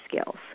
skills